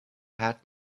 had